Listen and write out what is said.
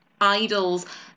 idols